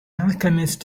alchemist